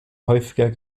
häufiger